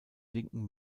linken